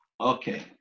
Okay